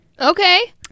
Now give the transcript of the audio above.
Okay